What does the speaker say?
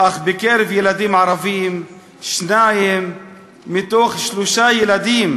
אך בקרב ילדים ערבים שניים מכל שלושה ילדים